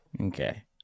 Okay